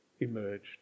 emerged